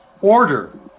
Order